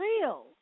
real